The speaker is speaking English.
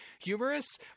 humorous